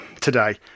today